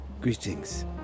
greetings